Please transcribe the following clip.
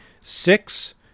six